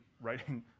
writing